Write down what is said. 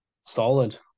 Solid